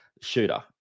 shooter